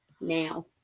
now